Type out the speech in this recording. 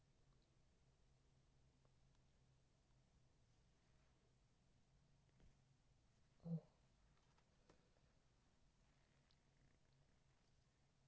mm